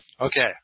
Okay